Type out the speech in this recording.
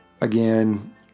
Again